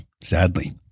sadly